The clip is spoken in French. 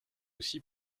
aussi